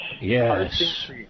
Yes